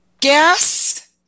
Gas